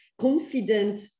confident